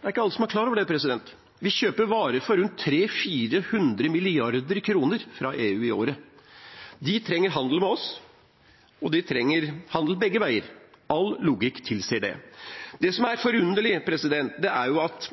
Det er ikke alle som er klar over det. Vi kjøper varer fra EU for 300–400 mrd. kr i året. De trenger handel med oss, og de trenger handel begge veier. All logikk tilsier det. Det som er forunderlig, er at